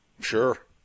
Sure